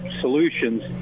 solutions